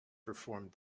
performed